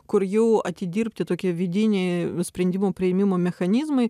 kur jau atidirbti tokie vidiniai sprendimų priėmimo mechanizmai